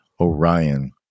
Orion